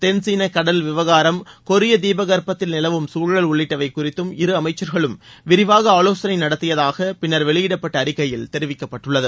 தென்சீன கடல் விவகாரம் கொரிய தீபகற்பத்தில் நிலவும் சூழல் உள்ளிட்டவை குறித்தும் இரு அமைச்சர்களும் விரிவாக ஆவோசனை நடத்தியதாக பின்னர் வெளியிடப்பட்ட அறிக்கையில் தெரிவிக்கப்பட்டுள்ளது